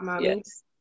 Yes